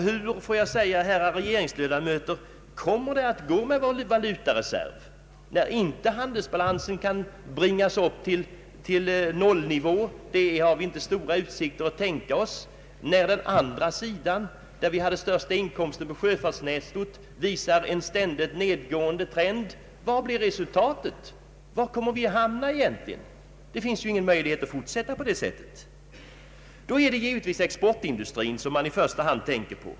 Hur, herrar regeringsledamöter, kommer det att gå med vår valutareserv när handelsbalansen inte kan bringas upp till jämvikt — det har vi inte särskilt stora möjligheter till — inte minst när sjöfartsnettot visar en nedgående trend? Var kommer vi egentligen att hamna? Det finns ingen möjlighet att fortsätta på detta sätt. I första hand är det exportindustrin man tänker på.